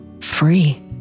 free